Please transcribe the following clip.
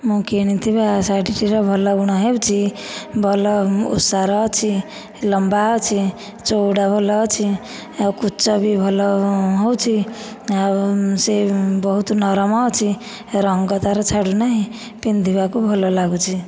ମୁଁ କିଣିଥିବା ଶାଢ଼ୀଟିର ଭଲ ଗୁଣ ହେଉଛି ଭଲ ଓସାର ଅଛି ଲମ୍ବା ଅଛି ଚଉଡ଼ା ଭଲ ଅଛି ଆଉ କୁଞ୍ଚ ଭି ଭଲ ହେଉଛି ଆଉ ସେ ବହୁତ ନରମ ଅଛି ରଙ୍ଗ ତାର ଛାଡ଼ୁ ନାହିଁ ପିନ୍ଧିବାକୁ ଭଲ ଲାଗୁଛି